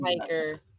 hiker